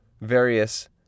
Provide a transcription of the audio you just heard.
various